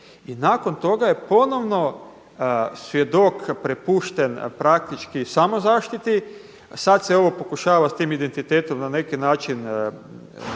i nakon toga je ponovno svjedok prepušten praktički samozaštiti, sad se ovo pokušava s tim identitetom na neki način